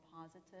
positive